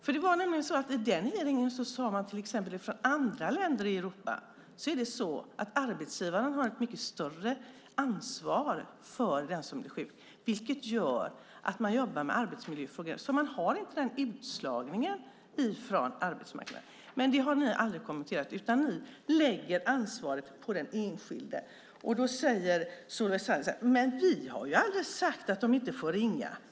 På hearingen sade man nämligen att i andra länder i Europa har arbetsgivaren ett mycket större ansvar för den som blir sjuk, vilket gör att man jobbar med arbetsmiljöfrågorna. Man har därför inte samma utslagning från arbetsmarknaden. Men det har ni aldrig kommenterat. Ni lägger ansvaret på den enskilde, och då säger Solveig Zander: Men vi har ju aldrig sagt att de inte får ringa!